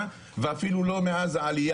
משרד הפנים,